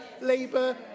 Labour